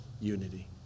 unity